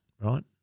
right